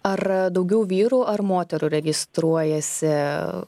ar daugiau vyrų ar moterų registruojasi